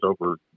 over